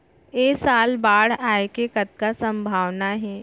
ऐ साल बाढ़ आय के कतका संभावना हे?